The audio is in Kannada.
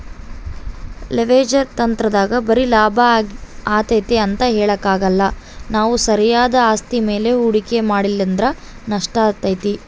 ಲೆವೆರೇಜ್ ತಂತ್ರದಾಗ ಬರೆ ಲಾಭ ಆತತೆ ಅಂತ ಹೇಳಕಾಕ್ಕಲ್ಲ ನಾವು ಸರಿಯಾದ ಆಸ್ತಿ ಮೇಲೆ ಹೂಡಿಕೆ ಮಾಡಲಿಲ್ಲಂದ್ರ ನಷ್ಟಾತತೆ